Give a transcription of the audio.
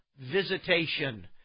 visitation